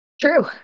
true